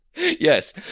Yes